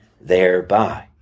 thereby